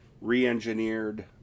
re-engineered